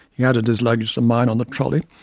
he added his luggage to mine on the trolley.